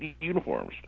uniforms